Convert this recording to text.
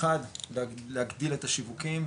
1- להגדיל את השיווקים,